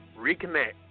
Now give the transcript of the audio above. reconnect